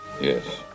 Yes